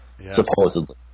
supposedly